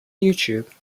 youtube